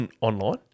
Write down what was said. online